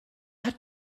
hat